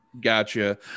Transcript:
gotcha